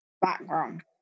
background